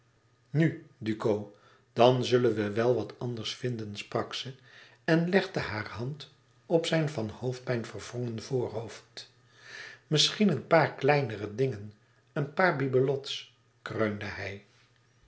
nu duco dan zullen we wel wat anders vinden sprak ze en legde haar hand op zijn van hoofdpijn verwrongen voorhoofd misschien een paar kleinere dingen een paar bibelots kreunde hij